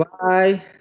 Bye